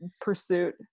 pursuit